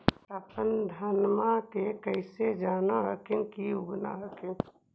अपने धनमा के कैसे जान हखिन की उगा न हखिन?